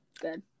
good